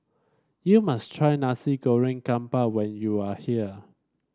you must try Nasi Goreng Kampung when you are here